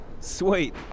Sweet